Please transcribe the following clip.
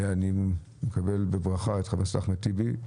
אני מקבל בברכה את חבר הכנסת אחמד טיבי.